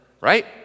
right